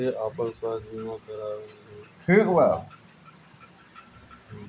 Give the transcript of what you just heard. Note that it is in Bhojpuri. सब केहू के आपन स्वास्थ्य बीमा करवा लेवे के चाही